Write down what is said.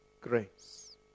grace